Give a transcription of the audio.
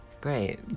Great